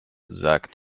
sagt